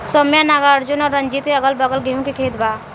सौम्या नागार्जुन और रंजीत के अगलाबगल गेंहू के खेत बा